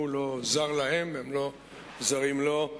הוא לא זר להם, הם לא זרים לו.